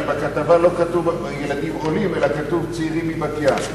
שבכתבה לא כתוב "ילדים עולים" אלא כתוב "צעירים מבת-ים".